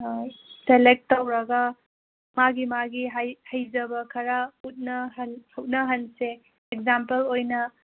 ꯑꯥ select ꯇꯧꯔꯒ ꯃꯥꯒꯤ ꯃꯥꯒꯤ ꯍꯩꯖꯕ ꯈꯔ ꯎꯠꯅꯍꯟꯁꯦ ꯑꯦꯛꯖꯥꯝꯄꯜ ꯑꯣꯏꯅ